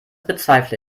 bezweifle